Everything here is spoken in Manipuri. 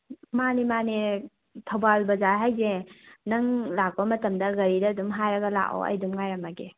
ꯃꯥꯅꯦ ꯃꯥꯅꯦ ꯊꯧꯕꯥꯜ ꯕꯖꯥꯔ ꯍꯥꯏꯁꯦ ꯅꯪ ꯂꯥꯛꯄ ꯃꯇꯝꯗ ꯒꯥꯔꯤꯗ ꯑꯗꯨꯝ ꯍꯥꯏꯔꯒ ꯂꯥꯛꯑꯣ ꯑꯩ ꯑꯗꯨꯝ ꯉꯥꯏꯔꯝꯃꯒꯦ